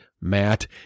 Matt